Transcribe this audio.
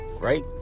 Right